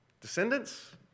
descendants